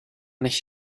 nicht